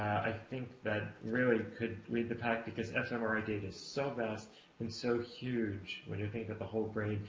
i think that really could lead the pack because fmri data is so vast and so huge when you think of the whole brain,